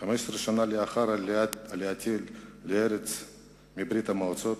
15 שנה לאחר עלייתי לארץ מברית-המועצות,